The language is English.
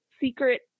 secret